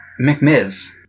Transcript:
McMiz